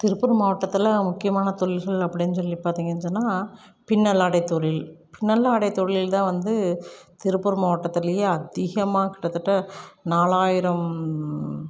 திருப்பூர் மாவட்டத்தில் முக்கியமான தொழில்கள் அப்படின்னு சொல்லி பார்த்திங்கன்னு சொன்னால் பின்னலாடை தொழில் பின்னலாடை தொழில்தான் வந்து திருப்பூர் மாவட்டத்திலயே அதிகமாக கிட்டத்தட்ட நாலாயிரம்